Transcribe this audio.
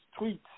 tweets